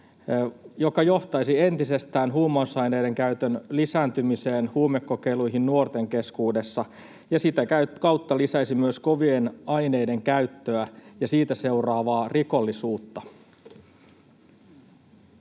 joka johtaisi huumausaineiden käytön lisääntymiseen entisestään, huumekokeiluihin nuorten keskuudessa ja sitä kautta lisäisi myös kovien aineiden käyttöä ja siitä seuraavaa rikollisuutta?